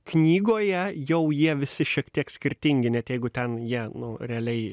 knygoje jau jie visi šiek tiek skirtingi net jeigu ten jie nu realiai